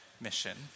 mission